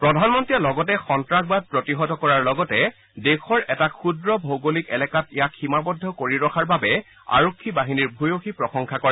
প্ৰধানমন্ত্ৰীয়ে লগতে সন্নাসবাদ প্ৰতিহত কৰাৰ লগতে দেশৰ এটা ক্ষুদ্ৰ ভৌগলিক এলেকাত ইয়াক সীমাবদ্ধ কৰি ৰখাৰ বাবে আৰক্ষী বাহিনীৰ ভয়শী প্ৰশংসা কৰে